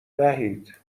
وحید